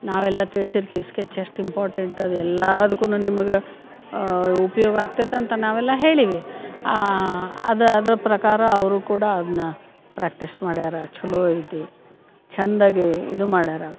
ನಾವೆಲ್ಲ ತಿಳ್ಸಿರ್ತೀವಿ ಸ್ಕೆಚ್ ಎಷ್ಟು ಇಂಪಾರ್ಟೆಂಟ್ ಅದು ಎಲ್ಲಾದ್ಕೂ ನಿಮಗೆ ಉಪ್ಯೋಗ ಆಗ್ತೈತಂತ ನಾವೆಲ್ಲ ಹೇಳೀವಿ ಆ ಅದು ಅದ್ರ ಪ್ರಕಾರ ಅವರೂ ಕೂಡ ಅದನ್ನ ಪ್ರ್ಯಾಕ್ಟೀಸ್ ಮಾಡ್ಯಾರ ಛಲೋ ಐತಿ ಚಂದಾಗಿ ಇದು ಮಾಡ್ಯಾರ